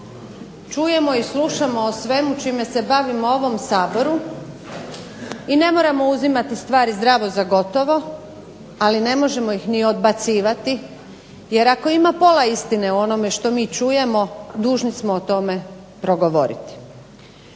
Čujemo i slušamo o svemu čime se bavimo u ovom Saboru i ne moramo uzimati stvari zdravo za gotovo, ali ne možemo ih ni odbacivati jer ako ima pola istine u onome što mi čujemo dužni smo o tome progovoriti.